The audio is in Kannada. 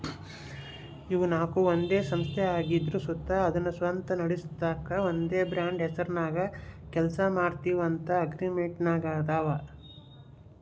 ಇವು ನಾಕು ಒಂದೇ ಸಂಸ್ಥೆ ಆಗಿದ್ರು ಸುತ ಅದುನ್ನ ಸ್ವಂತ ನಡಿಸ್ಗಾಂತ ಒಂದೇ ಬ್ರಾಂಡ್ ಹೆಸರ್ನಾಗ ಕೆಲ್ಸ ಮಾಡ್ತೀವಂತ ಅಗ್ರಿಮೆಂಟಿನಾಗಾದವ